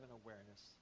awareness